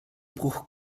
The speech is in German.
bruch